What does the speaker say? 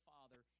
Father